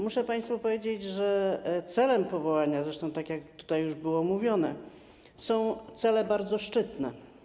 Muszę państwu powiedzieć, że cele powołania, zresztą tak jak tutaj już było mówione, są bardzo szczytne.